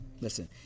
Listen